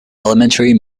elementary